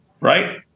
right